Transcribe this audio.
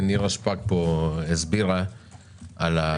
נירה שפק הסבירה על היציבות.